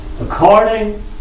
According